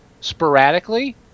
sporadically